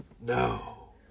no